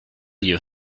you